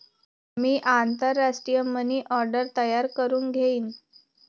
मी आंतरराष्ट्रीय money order तयार करुन घेईन